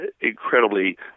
incredibly